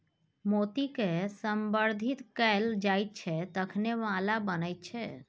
मोतीकए संवर्धित कैल जाइत छै तखने माला बनैत छै